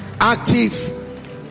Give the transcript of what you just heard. Active